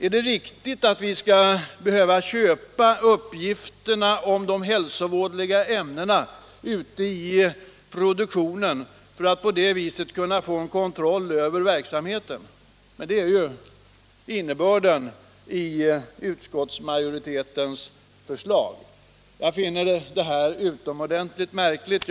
Är det riktigt att vi skall behöva köpa uppgifterna om de hälsovådliga ämnena ute i produktionen för att på det viset kunna få en kontroll över verksamheten? Det är ju innebörden i utskottsmajoritetens förslag! Jag finner det här utomordentligt märkligt.